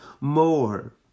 more